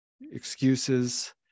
excuses